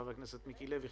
חבר הכנסת מיקי לוי,